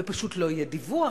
ופשוט לא יהיה דיווח,